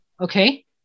Okay